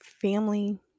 family